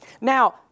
Now